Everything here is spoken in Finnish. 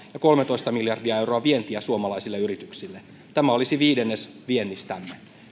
ja kolmetoista miljardia euroa vientiä suomalaisille yrityksille tämä olisi viidennes viennistämme